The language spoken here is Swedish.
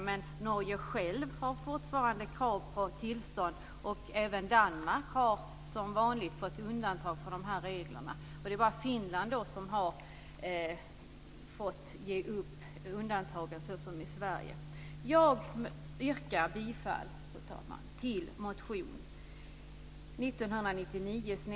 Men Norge självt har fortfarande krav på tillstånd, och även Danmark har som vanligt fått undantag från reglerna. Det är bara Finland som fått ge upp undantaget, såsom Sverige.